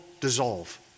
dissolve